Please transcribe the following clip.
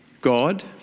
God